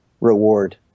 reward